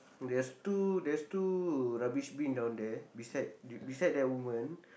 there's two there's two rubbish bin down there beside beside that woman